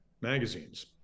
magazines